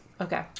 Okay